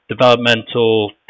developmental